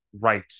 right